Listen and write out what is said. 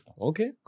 Okay